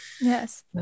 Yes